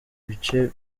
bice